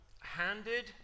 handed